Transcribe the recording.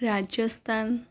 Rajasthan